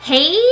Hey